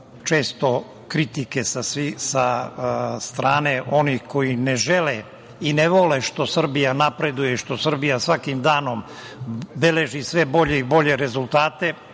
često kritike sa strane onih koji ne žele i ne vole što Srbija napreduje i što Srbija svakim danom beleži sve bolje i bolje rezultate. Moram